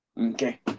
Okay